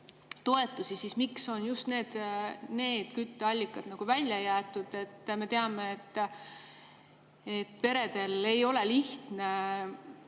toetusi, siis miks on just need kütteallikad välja jäetud. Me teame, et peredel ei ole lihtne